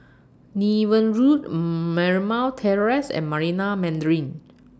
Niven Road Marymount Terrace and Marina Mandarin